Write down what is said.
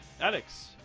Alex